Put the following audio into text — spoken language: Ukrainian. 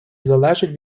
залежить